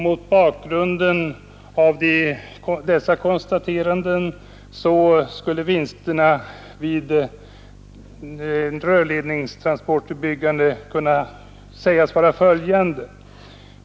Mot bakgrunden av dessa konstateranden skulle vinsterna vid en rörledningstransport kunna sägas vara följande.